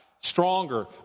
Stronger